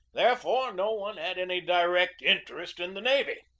therefore, no one had any direct interest in the navy.